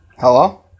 Hello